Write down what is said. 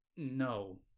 No